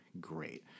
great